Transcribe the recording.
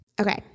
Okay